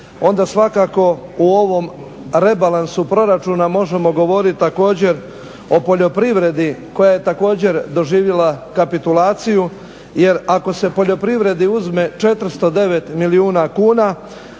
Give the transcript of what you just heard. onda svakako u ovom rebalansu proračuna možemo govoriti također o poljoprivredi koja je također doživjela kapitulaciju jer ako se poljoprivredi uzme 409 milijuna kuna,